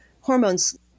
hormones